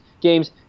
games